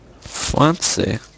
Fancy